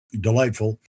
Delightful